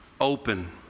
open